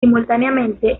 simultáneamente